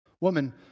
woman